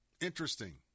Interesting